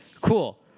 cool